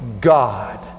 God